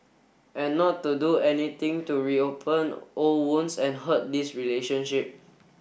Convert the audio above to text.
and not to do anything to reopen old wounds and hurt this relationship